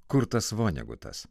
kurtas vonegutas